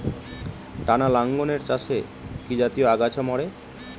টানা লাঙ্গলের চাষে কি জমির আগাছা মরে?